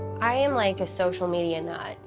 i am like a social media nut,